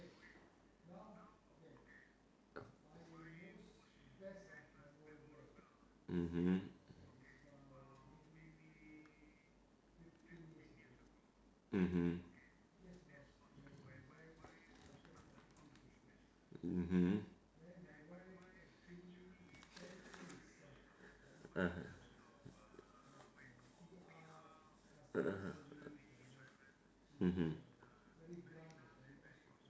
mmhmm mmhmm mmhmm (uh huh) (uh huh) mmhmm